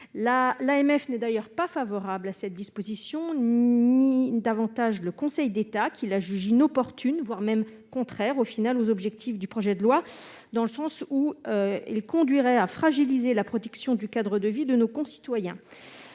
(AMF) n'est d'ailleurs pas favorable à cette disposition. De même, le Conseil d'État la juge inopportune, voire contraire aux objectifs de ce projet de loi, dans la mesure où elle conduirait à fragiliser la protection du cadre de vie de nos concitoyens.